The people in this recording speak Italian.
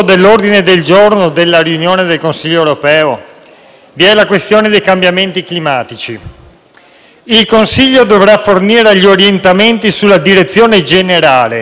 Il Consiglio dovrà fornire gli orientamenti sulla direzione generale e sulle priorità politiche che serviranno a definire, entro il 2020, la